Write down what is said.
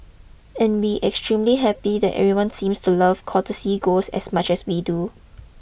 and we extremely happy that everyone seems to love courtesy ghost as much as we do